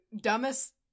dumbest